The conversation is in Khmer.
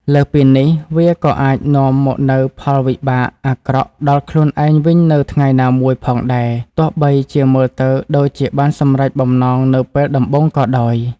លើសពីនេះ វាក៏អាចនាំមកនូវផលវិបាកអាក្រក់ដល់ខ្លួនឯងវិញនៅថ្ងៃណាមួយផងដែរ ទោះបីជាមើលទៅដូចជាបានសម្រេចបំណងនៅពេលដំបូងក៏ដោយ។